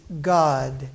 God